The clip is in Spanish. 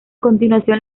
continuación